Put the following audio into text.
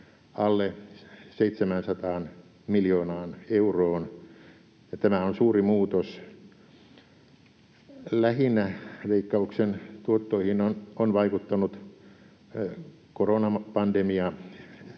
alle 700 miljoonaan euroon, ja tämä on suuri muutos. Lähinnä Veikkauksen tuottoihin on vaikuttanut koronapandemia,